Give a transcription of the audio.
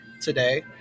today